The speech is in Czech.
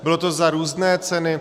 Bylo to za různé ceny.